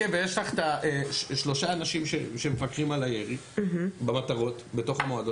ויש לך את השלושה אנשים שמפקחים על הירי במטרות בתוך המועדון.